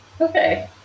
Okay